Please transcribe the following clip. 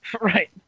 Right